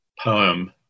poem